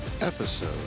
episode